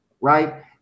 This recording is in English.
right